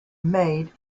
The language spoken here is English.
maid